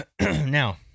Now